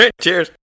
cheers